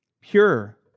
Pure